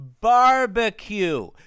Barbecue